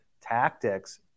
tactics